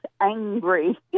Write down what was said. angry